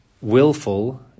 willful